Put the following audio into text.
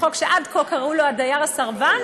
החוק שעד כה קראו לו "הדייר הסרבן",